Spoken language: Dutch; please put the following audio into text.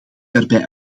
daarbij